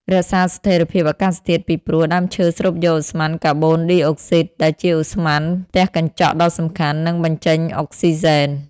រក្សាស្ថិរភាពអាកាសធាតុពីព្រោះ ដើមឈើស្រូបយកឧស្ម័នកាបូនឌីអុកស៊ីត ដែលជាឧស្ម័នផ្ទះកញ្ចក់ដ៏សំខាន់ និងបញ្ចេញអុកស៊ីសែន។